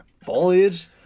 Foliage